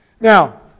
Now